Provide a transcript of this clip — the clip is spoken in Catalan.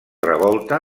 revolta